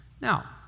Now